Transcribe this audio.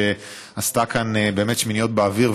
שעשתה כאן באמת שמיניות באוויר,